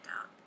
out